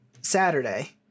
Saturday